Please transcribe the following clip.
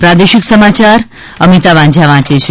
પ્રાદેશિક સમાચાર અમિતા વાંઝા વાંચે છે